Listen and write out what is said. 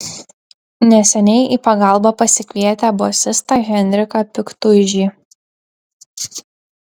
neseniai į pagalbą pasikvietę bosistą henriką piktuižį